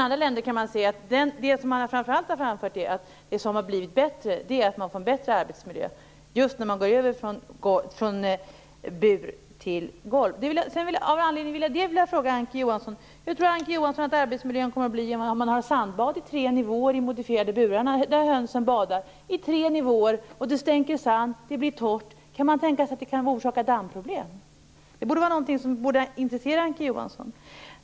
I andra länder kan man se att det som framför allt har framförts är att det som har blivit bättre är att man får en bättre arbetsmiljö just när man går över från bur till golvhållning. Johansson: Hur tror Ann-Kristine Johansson att arbetsmiljön kommer att bli om man har sandbad i tre nivåer i de modifierade burarna där hönsen badar, det stänker sand och blir torrt? Kan det tänkas att det kan orsaka dammproblem? Det är något som borde intressera Ann-Kristine Johansson.